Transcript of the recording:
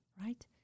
right